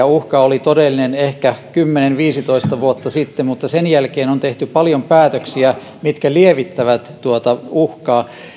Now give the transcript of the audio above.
uhka oli todellinen ehkä kymmenen viiva viisitoista vuotta sitten mutta sen jälkeen on tehty paljon päätöksiä mitkä lievittävät tuota uhkaa